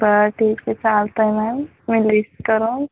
बरं ठीक आहे चालतं आहे मॅम मी लिस्ट करेन